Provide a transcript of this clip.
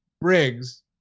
Briggs